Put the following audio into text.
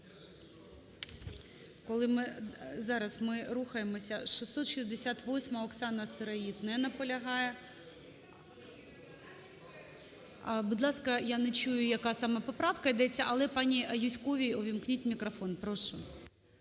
Зараз ми рухаємося. 668-а. Оксана Сироїд не наполягає. (Шум у залі) А, будь ласка, я не чую, яка саме поправка йдеться. Але пані Юзьковій увімкніть мікрофон. Прошу.